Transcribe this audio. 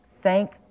thank